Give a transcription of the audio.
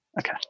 okay